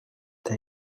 that